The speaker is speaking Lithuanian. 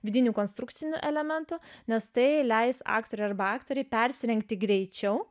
vidinių konstrukcinių elementų nes tai leis aktoriui arba aktorei persirengti greičiau